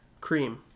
Cream